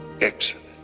excellent